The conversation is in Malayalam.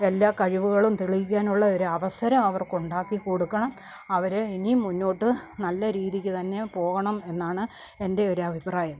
എല്ലാ കഴിവുകളും തെളിയിക്കാനുള്ള ഒരു അവസരം അവർക്ക് ഉണ്ടാക്കി കൊടുക്കണം അവർ ഇനിയും മുന്നോട്ട് നല്ല രീതിക്ക് തന്നെ പോകണം എന്നാണ് എൻ്റെ ഒരു അഭിപ്രായം